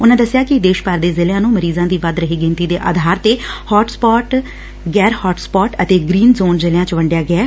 ਉਨਾ ਦਸਿਆ ਕਿ ਦੇਸ ਭਰ ਦੇ ਜ਼ਿਲਿਆ ਨੰ ਮਰੀਜ਼ਾ ਦੀ ਵਧ ਰਹੀ ਗਿਣਤੀ ਦੇ ਆਧਾਰ ਤੇ ਹੋਟ ਸਪੌਤ ਗੈਰ ਹੋਟ ਸਪੋਟ ਅਤੇ ਗਰੀਨ ਜੋਨ ਜ਼ਿਲ੍ਹਿਆਂ ਚ ਵੰਡਿਆ ਗਿਐ